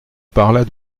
parla